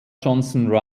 johnson